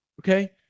okay